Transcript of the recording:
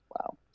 Wow